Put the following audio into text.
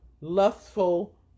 lustful